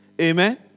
Amen